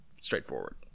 straightforward